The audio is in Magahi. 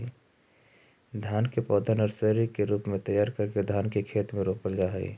धान के पौधा नर्सरी के रूप में तैयार करके धान के खेत में रोपल जा हइ